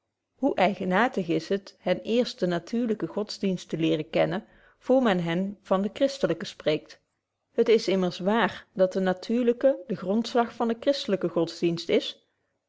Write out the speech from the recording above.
hoe eigenaartig is het hen eerst den natuurlyken godsdienst te leeren kennen voor men hen van betje wolff proeve over de opvoeding den christelyken spreekt t is immers wààr dat de natuurlyke de grondslag van den christelyken godsdienst is